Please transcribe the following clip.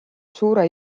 suure